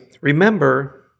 Remember